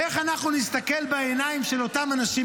איך אנחנו נסתכל בעיניים של אותם אנשים,